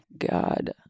God